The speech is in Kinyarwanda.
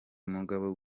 mugabo